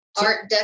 art